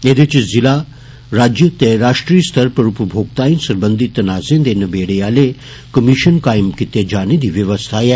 एदे च जिला राज्य ते राश्ट्री स्तरै पर उपमोक्ताए सरबंधी तनाजें दे नबेडे आले कमीष्न कायम कीते जाने दी व्यवस्था ऐ